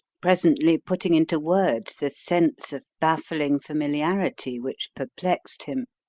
presently putting into words the sense of baffling familiarity which perplexed him.